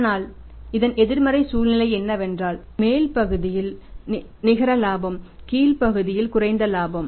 ஆனால் இதன் எதிர்மறை சூழ்நிலை என்னவென்றால் மேல் பகுதியில் நிகர லாபம் கீழ்ப்பகுதியில் குறைந்த இலாபம்